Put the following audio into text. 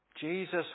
Jesus